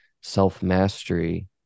self-mastery